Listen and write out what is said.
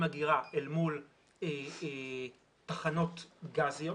עם אגירה אל מול תחנות גזיות,